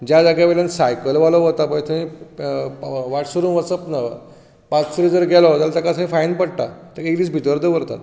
ज्या जाग्या वयल्यान सायकलवालो वयता पळय थंय वाटसरू वचच ना वाटसरू जर गेलो जाल्यार ताका थंय फायन पडटा ताका एक दीस भितर दवरतात